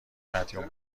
مدیون